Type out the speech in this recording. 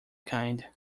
kind